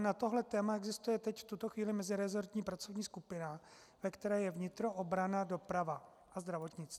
Na toto téma existuje teď v tuto chvíli mezirezortní pracovní skupina, ve které je vnitro, obrana, doprava a zdravotnictví.